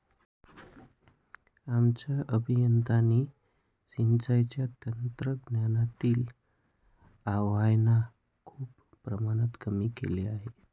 आमच्या अभियंत्यांनी सिंचनाच्या तंत्रज्ञानातील आव्हानांना खूप प्रमाणात कमी केले आहे